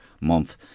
month